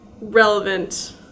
relevant